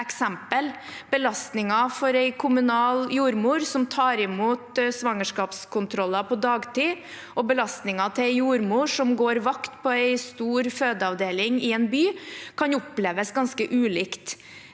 eksempel: Belastningen for en kommunal jordmor, som tar imot svangerskapskontroller på dagtid, og belastningen for en jordmor som går vakter på en stor fødeavdeling i en by, kan oppleves ganske ulik.